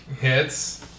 hits